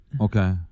Okay